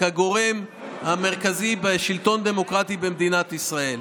כגורם המרכזי בשלטון דמוקרטי במדינת ישראל.